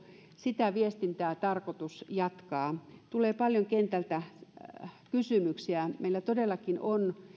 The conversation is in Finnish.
sitä viestintää tarkoitus jatkaa kentältä tulee paljon kysymyksiä meillä todellakin on